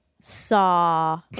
saw